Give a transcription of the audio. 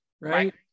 right